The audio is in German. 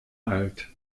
alt